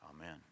Amen